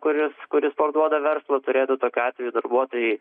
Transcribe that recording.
kuris kuris parduoda verslą turėtų tokiu atveju darbuotojui